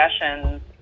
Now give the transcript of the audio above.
sessions